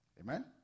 Amen